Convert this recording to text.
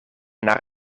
naar